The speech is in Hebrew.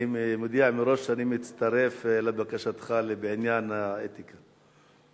אני מודיע מראש שאני מצטרף לבקשתך בעניין האתיקה.